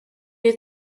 les